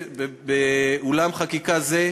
באולם חקיקה זה,